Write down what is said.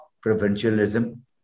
provincialism